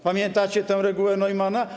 Pamiętacie tę regułę Neumanna?